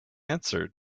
answered